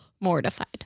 mortified